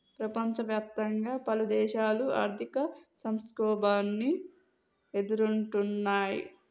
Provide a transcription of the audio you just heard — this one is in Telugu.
ప్రపంచవ్యాప్తంగా పలుదేశాలు ఆర్థిక సంక్షోభాన్ని ఎదుర్కొంటున్నయ్